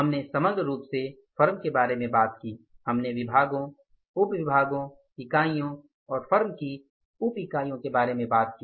हमने समग्र रूप से फर्म के बारे में बात की हमने विभागों उप विभागों इकाइयों और फर्म की उप इकाइयों के बारे में बात की